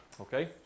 Okay